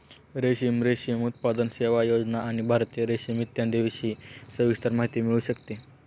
रेशीम, रेशीम उत्पादन, सेवा, योजना आणि भारतीय रेशीम इत्यादींविषयी सविस्तर माहिती मिळू शकते